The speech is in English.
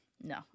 no